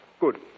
Good